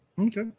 Okay